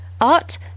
art